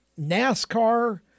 NASCAR